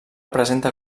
presenta